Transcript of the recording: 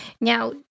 Now